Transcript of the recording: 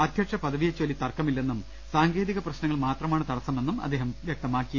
അധ്യക്ഷപദവിയെചൊല്ലി തർക്കമില്ലെന്നും സാങ്കേതിക പ്രശ് നങ്ങൾ മാത്രമാണ് തടസ്സമെന്നും അദ്ദേഹം വ്യക്തമാക്കി